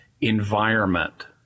environment